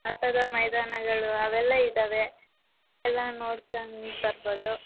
ಆಟದ ಮೈದಾನಗಳು ಅವೆಲ್ಲ ಇದ್ದಾವೆ ಎಲ್ಲ ನೋಡ್ಕಂಡು ಬರ್ಬೋದು